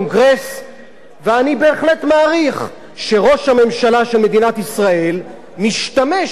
ואני בהחלט מעריך שראש הממשלה של מדינת ישראל משתמש בקהילה הגאה